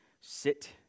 sit